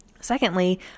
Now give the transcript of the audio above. Secondly